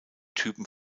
typen